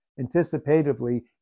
anticipatively